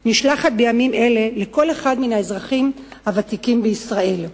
נשלחת בימים אלה לכל אחד מן האזרחים הוותיקים בישראל.